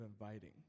inviting